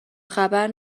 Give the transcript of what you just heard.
خبر